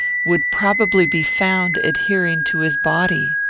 would probably be found adhering to his body.